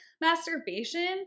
masturbation